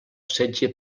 setge